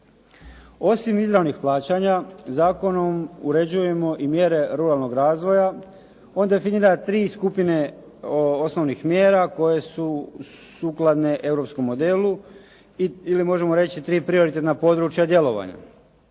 Osim izravnih plaćanja zakonom uređujemo i mjere ruralnog razvoja. On definira tri skupine osnovnih mjera koje su sukladne europskom modelu ili možemo reći tri prioritetna područja djelovanja.